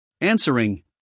Answering